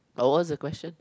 oh what's the question